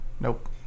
nope